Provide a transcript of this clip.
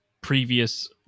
previous